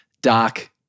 Doc